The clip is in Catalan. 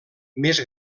més